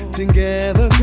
together